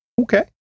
Okay